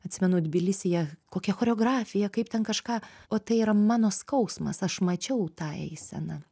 atsimenu tbilisyje kokia choreografija kaip ten kažką o tai yra mano skausmas aš mačiau tą eiseną